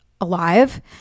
alive